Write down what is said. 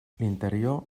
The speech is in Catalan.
l’interior